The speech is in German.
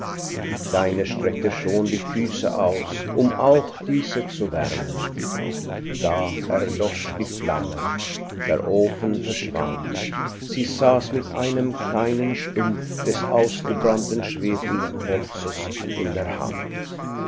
die kleine streckte schon die füße aus um auch diese zu wärmen da erlosch die flamme der ofen verschwand sie saß mit einem kleinen stumpf des ausgebrannten schwefelholzes in der hand